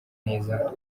neza